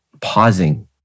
pausing